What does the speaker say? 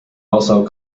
also